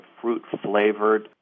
fruit-flavored